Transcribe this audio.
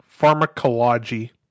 Pharmacology